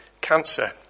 cancer